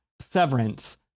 Severance